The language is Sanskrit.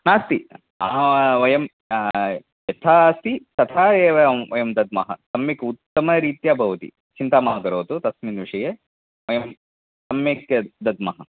नास्ति वयं यथा अस्ति तथा एव वयं दद्मः सम्यक् उत्तमरीत्या भवति चिन्ता मा करोतु तस्मिन् विषये वयं सम्यक् दद्मः